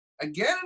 again